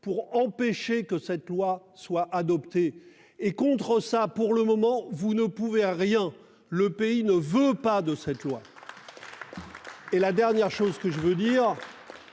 pour empêcher que cette loi soit adoptée et contre ça, pour le moment vous ne pouvez à rien. Le pays ne veut pas de cette loi. Et la dernière chose que je veux dire